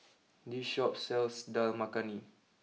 this Shop sells Dal Makhani